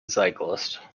cyclist